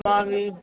మా వీ